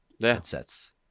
headsets